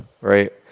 right